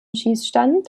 schießstand